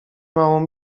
małą